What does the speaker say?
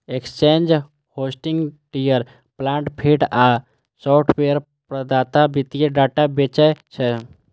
exchange, hosting, ticker plant feed आ software प्रदाता वित्तीय डाटा बेचै छै